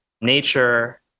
nature